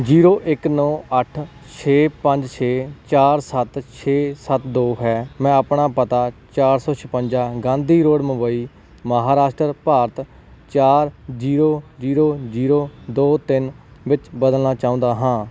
zero ਇੱਕ ਨੌਂ ਅੱਠ ਛੇ ਪੰਜ ਛੇ ਚਾਰ ਸੱਤ ਛੇ ਸੱਤ ਦੋ ਹੈ ਮੈਂ ਆਪਣਾ ਪਤਾ ਚਾਰ ਸੌ ਛਪੰਜਾ ਗਾਂਧੀ ਰੋਡ ਮੁੰਬਈ ਮਹਾਰਾਸ਼ਟਰ ਭਾਰਤ ਚਾਰ ਜ਼ੀਰੋ ਜ਼ੀਰੋ ਜ਼ੀਰੋ ਦੋ ਤਿੰਨ ਵਿੱਚ ਬਦਲਣਾ ਚਾਹੁੰਦਾ ਹਾਂ